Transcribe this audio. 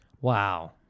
Wow